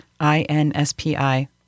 INSPI